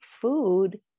food